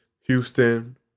Houston